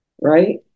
right